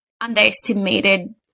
underestimated